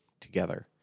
together